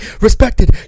respected